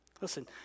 Listen